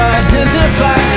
identify